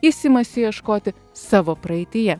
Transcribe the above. jis imasi ieškoti savo praeityje